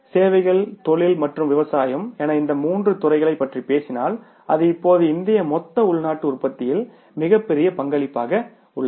சேவைகள்தொழில் மற்றும் விவசாயம் என இந்த மூன்று துறைகளைப் பற்றி பேசினால் அது இப்போது இந்திய மொத்த உள்நாட்டு உற்பத்தியில் மிகப்பெரிய பங்களிப்பாக உள்ளது